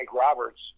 Roberts